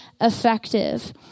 effective